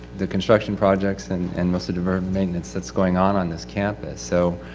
the construction projects and, and most of the urban maintenance that's going on on this campus. so,